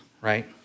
right